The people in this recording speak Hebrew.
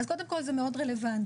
אז קודם כל זה מאוד רלוונטי,